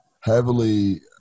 heavily